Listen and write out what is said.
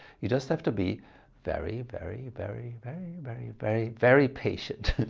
you just have to be very very very very very very very patient.